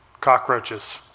cockroaches